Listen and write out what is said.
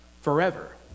forever